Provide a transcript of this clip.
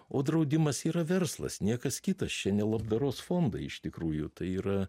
o draudimas yra verslas niekas kitas čia ne labdaros fondai iš tikrųjų tai yra